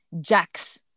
Jack's